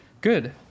Good